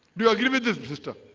do you agree with this resistor?